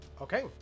Okay